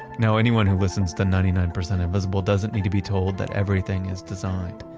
now anyone who listens to ninety nine percent invisible doesn't need to be told that everything is designed,